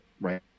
right